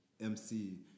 MC